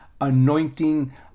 anointing